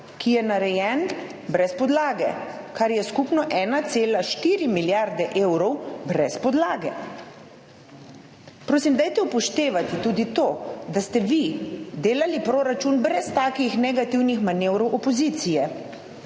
ki je narejen brez podlage, kar je skupno 1,4 milijarde evrov brez podlage. Prosim, dajte upoštevati tudi to, da ste vi delali proračun brez takih negativnih manevrov opozicije.